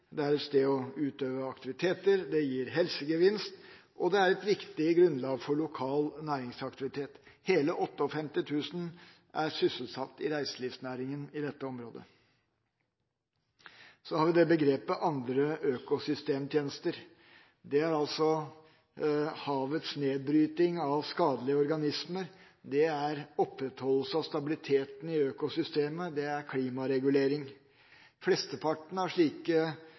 det er et sted å utøve aktiviteter, det gir helsegevinst, og det er et viktig grunnlag for lokal næringsaktivitet. Hele 58 000 er sysselsatt i reiselivsnæringen i dette området. Så har vi begrepet «andre økosystemtjenester». Det er f.eks. havets nedbryting av skadelige organismer, det er opprettholdelse av stabiliteten i økosystemet, og det er klimaregulering. Flesteparten av slike